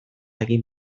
egin